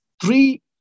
three